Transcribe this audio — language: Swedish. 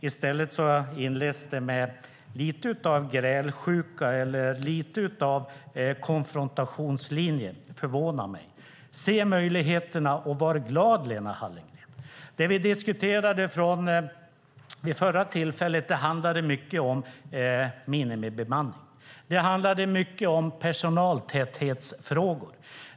I stället inleddes anförandet med lite av grälsjuka eller lite av konfrontation. Det förvånar mig. Se möjligheterna och var glad, Lena Hallengren! Det vi diskuterade vid förra tillfället handlade mycket om minimibemanning. Det handlade mycket om personaltäthetsfrågor.